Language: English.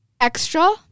extra